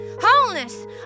wholeness